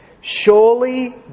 Surely